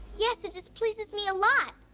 yes, it displeases me a lot.